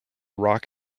rock